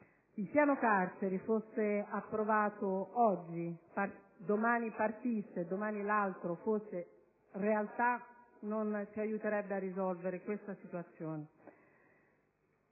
Il Piano carceri, fosse anche approvato oggi, domani partisse e domani l'altro diventasse realtà, non ci aiuterebbe a risolvere questa situazione.